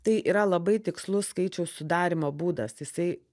tai yra labai tikslus skaičiaus sudarymo būdas jisai